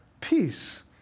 peace